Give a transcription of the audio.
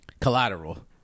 Collateral